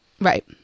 Right